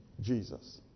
Jesus